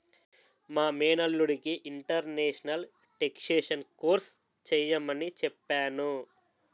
మా మేనల్లుడికి international taxation course చెయ్యమని చెప్పాను